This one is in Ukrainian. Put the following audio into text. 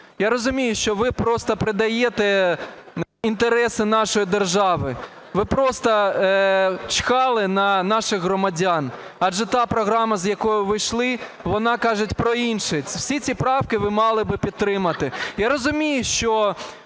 Я розумію, що ви просто предаєте інтереси нашої держави, ви просто чхали на наших громадян, адже та програма, з якою ви йшли, вона каже про інше. Всі ці правки ви мали би підтримати.